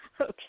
okay